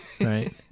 right